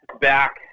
back